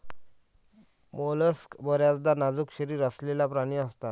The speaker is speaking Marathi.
मोलस्क बर्याचदा नाजूक शरीर असलेले प्राणी असतात